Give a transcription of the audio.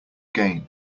gain